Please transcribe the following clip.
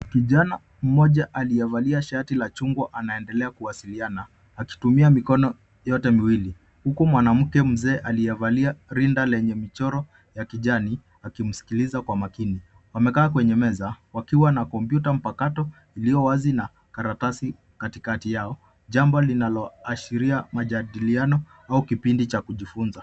Kijana moja aliyevalia shati la chungwa anaendelea kuwasiliana akitumia mikono yote miwili huku mwanaume mzee aliyevalia rinda lenye michoro ya kijani akimsikiliza kwa makini. Wamekaa kwenye meza wakiwa na kompyuta mpakato iliyowazi na karatasi katikati yao. Jambo linaloashiria majadiliano au kipindi cha kujifunza.